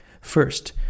first